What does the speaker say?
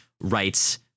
rights